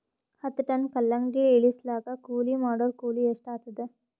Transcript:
ಹತ್ತ ಟನ್ ಕಲ್ಲಂಗಡಿ ಇಳಿಸಲಾಕ ಕೂಲಿ ಮಾಡೊರ ಕೂಲಿ ಎಷ್ಟಾತಾದ?